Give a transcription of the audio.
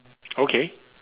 okay